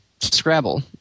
Scrabble